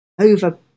over